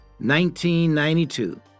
1992